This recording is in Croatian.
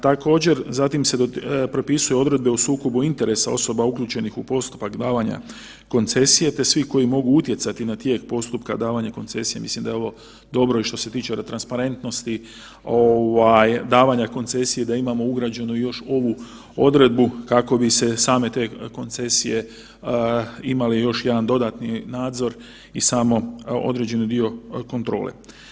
Također, zatim se propisuje odredbe u sukobu interesa, osoba uključenih u postupak davanja koncesije te svih koji mogu utjecati na tijek postupka davanja koncesije, mislim da je ovo dobro i što se tiče ove transparentnosti davanja koncesije da imamo ugrađeno još ovu odredbu kako bi se same te koncesije imali još jedan dodatni nadzor i samo određeni dio kontrole.